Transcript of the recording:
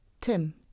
Tim